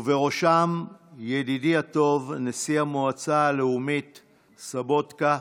ובראשם ידידי הטוב נשיא המועצה הלאומית סובוטקה,